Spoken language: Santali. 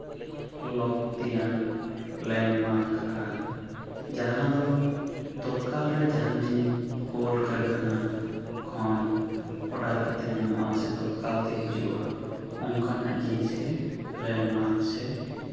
ᱞᱟᱹᱠᱛᱤᱭᱟᱱ ᱞᱮᱱᱰᱢᱟᱨᱠ ᱟᱨ ᱡᱟᱦᱟᱸ ᱫᱚ ᱛᱚᱛ ᱠᱟᱞ ᱨᱮ ᱡᱟᱦᱟᱱ ᱡᱤᱱᱤᱥ ᱠᱚᱞ ᱠᱟᱨᱠᱷᱟᱱᱟ ᱠᱷᱚᱱ ᱚᱰᱟᱨ ᱠᱟᱛᱮ ᱧᱟᱢᱚᱜᱼᱟ ᱥᱮ ᱚᱰᱟᱨ ᱠᱟᱛᱮ ᱦᱤᱡᱩᱜᱼᱟ ᱚᱱᱠᱟᱱᱟᱜ ᱡᱤᱱᱤᱥ ᱜᱮ ᱞᱮᱱᱰᱢᱟᱨᱠ ᱥᱮ